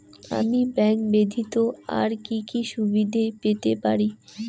আমি ব্যাংক ব্যথিত আর কি কি সুবিধে পেতে পারি?